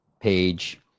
page